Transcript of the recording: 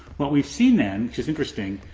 what we've seen then which is interesting,